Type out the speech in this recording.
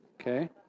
Okay